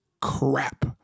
crap